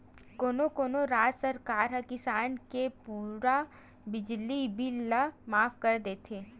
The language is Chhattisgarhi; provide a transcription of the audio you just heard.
कोनो कोनो राज सरकार ह किसानी के पूरा बिजली बिल ल माफ कर देथे